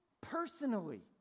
personally